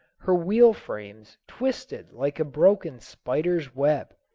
her wheel-frames twisted like a broken spider's-web.